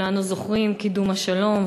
כולנו זוכרים: קידום השלום,